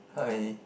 [huh] really